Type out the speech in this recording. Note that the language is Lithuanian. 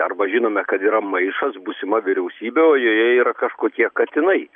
arba žinome kad yra maišas būsima vyriausybė o joje yra kažkokie katinai